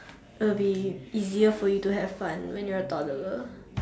will be easier for you to have fun when you are a toddler